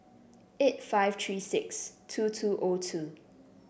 eight five three six two two O two